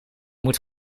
moet